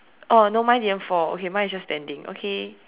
oh no mine didn't fall okay mine is just standing okay